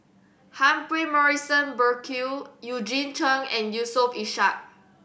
Humphrey Morrison Burkill Eugene Chen and Yusof Ishak